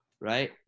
right